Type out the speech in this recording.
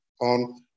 on